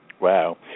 Wow